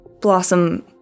blossom